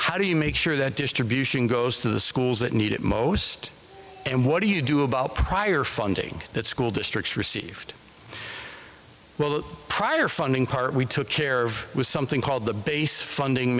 how do you make sure that distribution goes to the schools that need it most and what do you do about prior funding that school districts received well prior funding part we took care of was something called the base funding